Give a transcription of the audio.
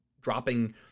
dropping